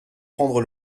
prendre